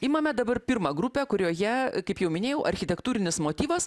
imame dabar pirmą grupę kurioje kaip jau minėjau architektūrinis motyvas